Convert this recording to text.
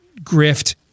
grift